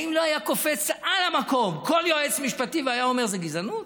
האם לא היה קופץ על המקום כל יועץ משפטי והיה אומר: זו גזענות,